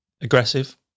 aggressive